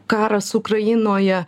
karas ukrainoje